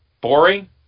boring